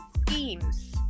schemes